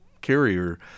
carrier